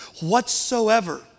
whatsoever